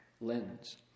lens